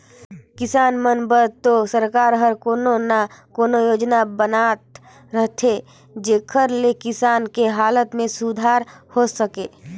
किसान मन बर तो सरकार हर कोनो न कोनो योजना बनात रहथे जेखर ले किसान के हालत में सुधार हो सके